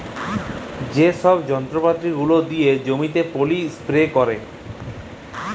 যে ছব যল্তরপাতি গুলা দিয়ে জমিতে পলী ইস্পেরে ক্যারে